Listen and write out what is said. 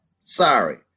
Sorry